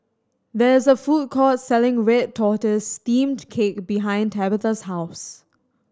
there is a food court selling red tortoise steamed cake behind Tabetha's house